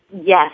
Yes